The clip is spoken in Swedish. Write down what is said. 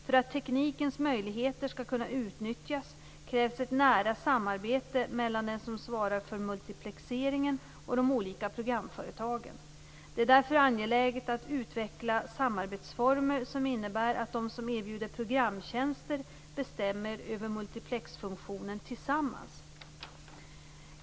För att teknikens möjligheter skall kunna utnyttjas krävs ett nära samarbete mellan den som svarar för multiplexeringen och de olika programföretagen. Det är därför angeläget att utveckla samarbetsformer som innebär att de som erbjuder programtjänster bestämmer över multiplexfunktionen tillsammans.